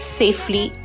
safely